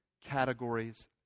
categories